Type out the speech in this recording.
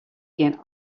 gean